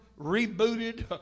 rebooted